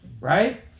Right